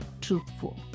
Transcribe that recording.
truthful